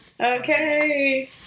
Okay